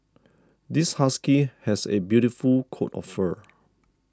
this husky has a beautiful coat of fur